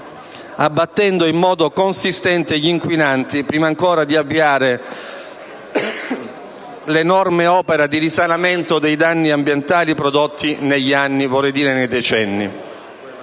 abbattendo in modo consistente gli inquinanti, prima ancora di avviare l'enorme opera di risanamento dei danni ambientali prodotti negli anni, vorrei dire nei decenni.